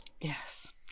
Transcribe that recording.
Yes